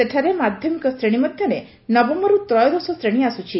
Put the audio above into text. ସେଠାରେ ମାଧ୍ୟମିକ ଶ୍ରେଶୀ ମଧ୍ୟରେ ନବମରୁ ତ୍ରୟୋଦଶ ଶ୍ରେଣୀ ଆସୁଛି